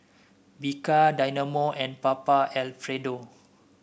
Bika Dynamo and Papa Alfredo